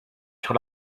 sur